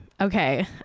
Okay